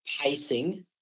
pacing